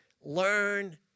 Learn